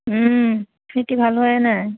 খেতি ভাল হোৱাই নাই